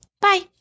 Bye